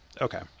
Okay